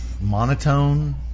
monotone